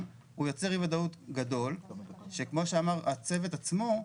הוא יוצר אי ודאות גדול שכמו שאמר הצוות עצמו,